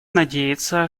надеется